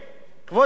כבוד היושב-ראש: